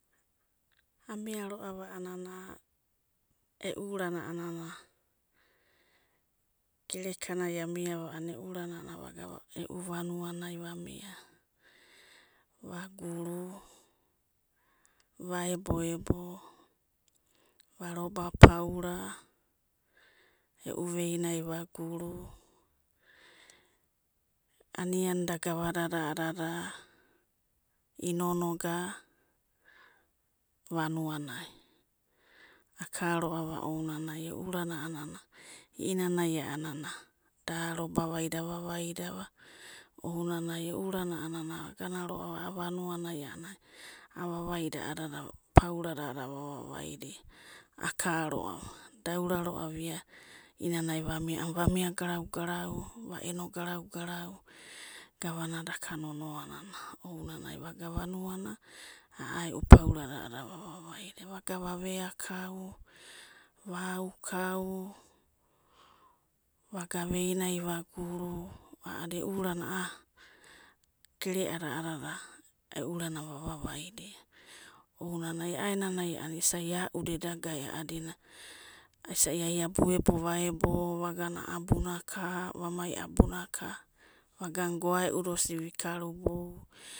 Amiaroava a'anana. e'u rana a'anana gerekanai amiava 'anana e'urana va gara e'u vanuanai va mia, va guru, vaebo ebo, va roba paura, e'u veinai va guru, anianida gavadada 'anana inonoga, vanuanaka roava ana ounanai, e'u uranana ieinana a'anana daroba vaida ava vaida ounanai e'u urana vaganaroa a'a vanuanai avavaidava a'adada oauradada vavavaida karoava, da'urava va mia garau, va eno garau garau, gavanadaka nonoanana ounana vagana vanuana a'a e'u paurada a'adada vava vaida, va veakau, va aukau, vagana veinai vagum, ounanai a'a ananai a'anana isai auda eda ga'e, isai abu ebo va ebo, va gana abinaka. Va mai abunaka, va gana goneuda osidi vi karubou.